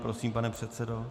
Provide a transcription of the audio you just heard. Prosím, pane předsedo.